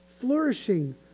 flourishing